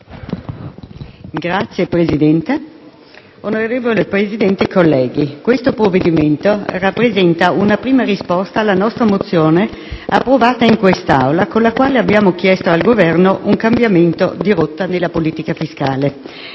*(Aut)*. Signor Presidente, questo provvedimento rappresenta una prima risposta alla nostra mozione approvata in quest'Aula con la quale abbiamo chiesto al Governo un cambiamento di rotta nella politica fiscale.